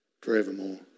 forevermore